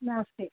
नास्ति